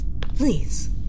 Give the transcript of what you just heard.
Please